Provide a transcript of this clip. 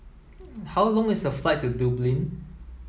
how long is a flight to Dublin